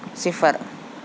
صفر